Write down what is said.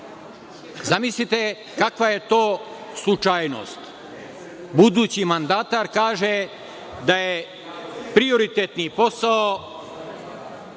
Zamislite kakva je to slučajnost. Budući mandatar kaže da je prioritetni posao,